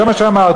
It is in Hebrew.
זה מה שאמרתי.